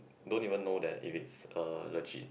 don't even know that if it's uh legit